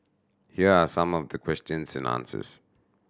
here are some of the questions and answers